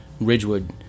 Ridgewood